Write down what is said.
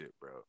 bro